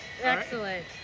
Excellent